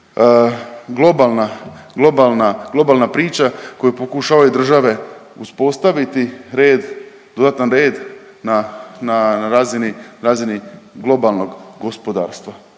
globalna priča koju pokušavaju države uspostaviti red, dodatan red na razini, razini globalnog gospodarstva.